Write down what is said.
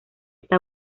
esta